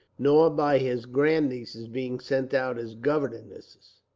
nor by his grandnieces being sent out as governesses.